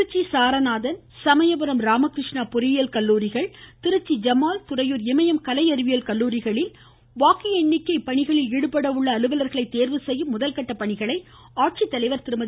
திருச்சி சாரநாதன் சமயபுரம் ராமகிருஷ்ணா பொறியியல் கல்லூரிகள் மற்றும் திருச்சி ஜமால் துறையூர் இமயம் கலை அறிவியல் கல்லூரிகளில் வாக்கு எண்ணிக்கை பணிகளில் ஈடுபடவுள்ள அலுவலர்களை தேர்வு செய்யும் முதற்கட்ட பணிகளை ஆட்சித்தலைவர் திருமதி